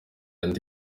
andi